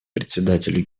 председателю